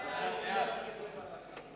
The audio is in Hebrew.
ההצעה להעביר את הצעת חוק העונשין (תיקון,